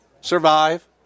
survive